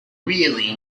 really